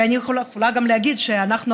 ואני יכולה גם להגיד שאנחנו,